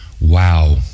Wow